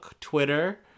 twitter